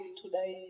today